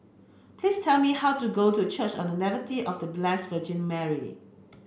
please tell me how to get to Church on The Nativity of The Blessed Virgin Mary